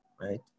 Right